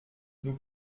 nous